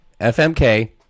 FMK